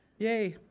yay